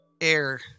air